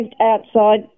outside